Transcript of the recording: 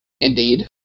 Indeed